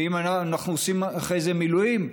ואם אנחנו עושים אחרי זה מילואים,